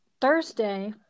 Thursday